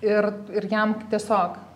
ir ir jam tiesiog